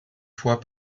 fois